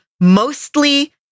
mostly